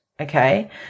Okay